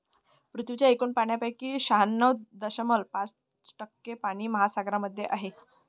पृथ्वीच्या एकूण पाण्यापैकी शहाण्णव दशमलव पाच टक्के पाणी महासागरांमध्ये आहे